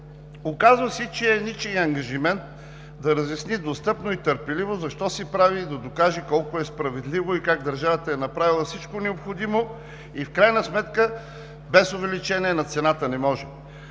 Оказва се, че е ничий ангажимент да се разясни достъпно и търпеливо защо се прави, да се докаже колко е справедливо и как държавата е направила всичко необходимо, а в крайна сметка не може без увеличение на цената.